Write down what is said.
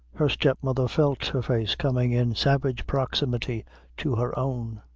her step-mother felt her face coming in savage proximity to her own.